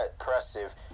impressive